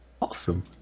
Awesome